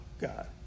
God